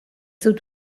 dut